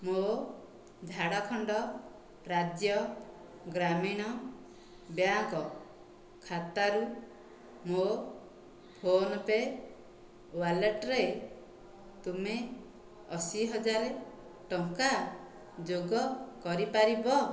ମୋ' ଝାଡ଼ଖଣ୍ଡ ରାଜ୍ୟ ଗ୍ରାମୀଣ ବ୍ୟାଙ୍କ୍ ଖାତାରୁ ମୋ ଫୋନ୍ପେ' ୱାଲେଟରେ ତୁମେ ଅଶି ହଜାର ଟଙ୍କା ଯୋଗ କରିପାରିବ